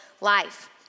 life